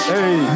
Hey